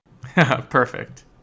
Perfect